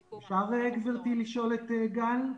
אפשר, גברתי, לשאול את גל?